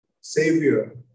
Savior